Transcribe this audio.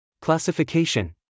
Classification